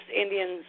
Indians